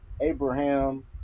Abraham